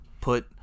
put